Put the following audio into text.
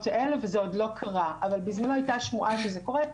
אבל בזמנו היתה שמועה שזה קורה,